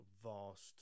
vast